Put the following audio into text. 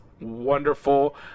wonderful